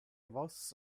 vos